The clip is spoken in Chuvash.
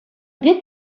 пек